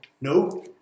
No